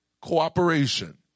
cooperation